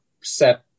set